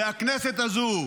והכנסת הזו,